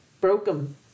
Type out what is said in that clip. Broken